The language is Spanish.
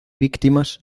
víctimas